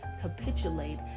capitulate